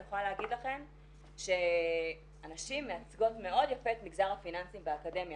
אני יכולה להגיד לכם שהנשים מייצגות מאוד יפה את מגזר הפיננסים באקדמיה.